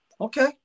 Okay